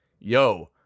Yo